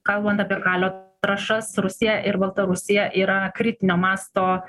kalbant apie kalio trąšas rusija ir baltarusija yra kritinio mąsto